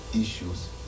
issues